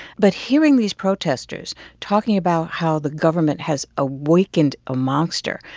but hearing these protesters talking about how the government has awakened a monster,